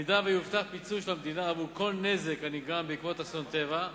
אם יובטח פיצוי של המדינה עבור כל נזק הנגרם בעקבות אסון טבע,